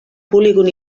polígon